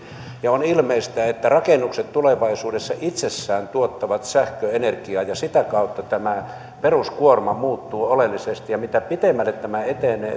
ja on ilmeistä että rakennukset tulevaisuudessa itsessään tuottavat sähköenergiaa ja sitä kautta tämä peruskuorma muuttuu oleellisesti ja mitä pitemmälle tämä etenee